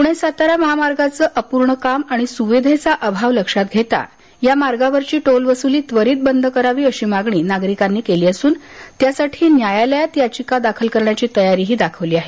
पुणे सातारा महामार्गाचे अपूर्ण काम आणि सुविधेचा अभाव लक्षात घेता या मार्गावरची टोल वसुली त्वरित बंद करावी अशी मागणी नागरिकांनी केली असून त्यासाठी न्यायालयात याचिका दाखल करण्याचीही तयारी चालवली आहे